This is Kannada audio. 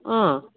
ಹಾಂ